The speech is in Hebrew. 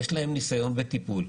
יש להם ניסיון בטיפול,